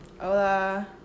hola